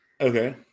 Okay